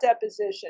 deposition